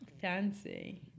Fancy